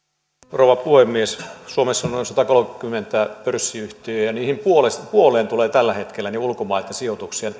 rouva puhemies suomessa on noin satakolmekymmentä pörssiyhtiötä ja niistä puoleen tulee tällä hetkellä ulkomailta sijoituksia